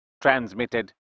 Transmitted